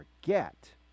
forget